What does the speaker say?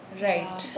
Right